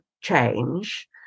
change